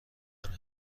قطعا